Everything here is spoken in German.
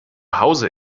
hause